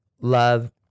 love